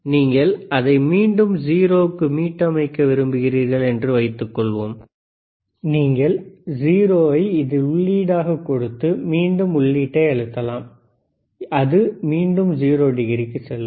நீங்கள் அதை மீண்டும் 0 க்கு மீட்டமைக்க விரும்புகிறீர்கள் என்று வைத்துக்கொள்வோம் நீங்கள் 0 ஐ இதில் உள்ளீடாக கொடுத்து மீண்டும் உள்ளீட்டை அழுத்தலாம் அது மீண்டும் 0 டிகிரிக்கு செல்லும்